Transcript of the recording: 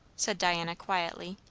said diana quietly.